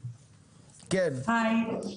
שלום.